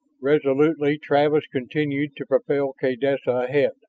resolutely travis continued to propel kaydessa ahead.